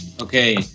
Okay